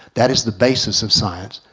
that is the basis of science.